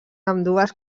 ambdues